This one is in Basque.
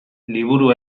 liburu